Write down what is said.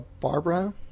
Barbara